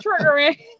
triggering